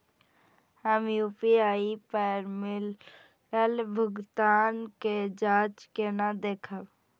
हम यू.पी.आई पर मिलल भुगतान के जाँच केना देखब?